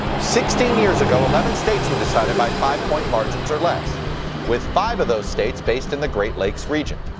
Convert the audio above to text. sixteen years ago eleven states were decided by five-point margins or less with five of those states based in the great lakes region.